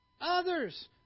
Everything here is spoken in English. others